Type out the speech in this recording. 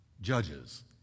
judges